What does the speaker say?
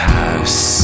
house